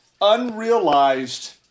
unrealized